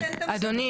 אדוני,